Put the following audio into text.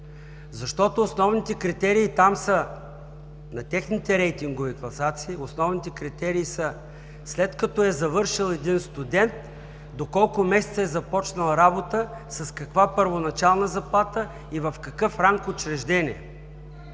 Защото основните критерии там, на техните рейтингови класации са: след като е завършил един студент, до колко месеца е започнал работа, с каква първоначална заплата, и в какъв ранг учреждение?